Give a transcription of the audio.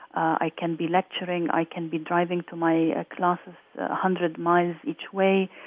i can be lecturing, i can be driving to my classes a hundred miles each way,